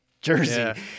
jersey